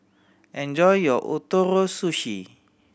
enjoy your Ootoro Sushi